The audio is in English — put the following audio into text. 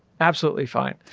absolutely fine.